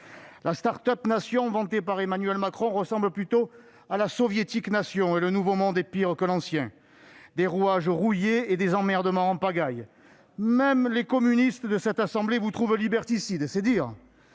La « start-up nation » vantée par Emmanuel Macron ressemble plutôt à la « soviétique-nation », et le « nouveau monde » est pire que l'ancien : des rouages rouillés et des « emmerdements » en pagaille. Même les communistes de cette assemblée vous trouvent liberticides, c'est dire